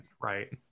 right